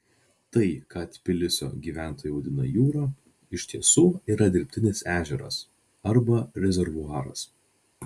tai ką tbilisio gyventojai vadina jūra iš tiesų yra dirbtinis ežeras arba rezervuaras